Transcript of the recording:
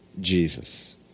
Jesus